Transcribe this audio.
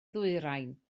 ddwyrain